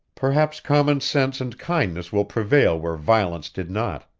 perhaps common sense and kindness will prevail where violence did not.